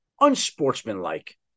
unsportsmanlike